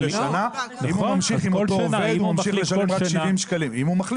אבל אם הוא ממשיך --- אם הוא ממשיך עם אותו עובד,